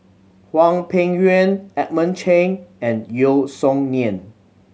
Hwang Peng Yuan Edmund Cheng and Yeo Song Nian